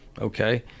okay